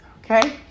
Okay